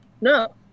No